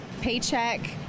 paycheck